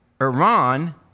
Iran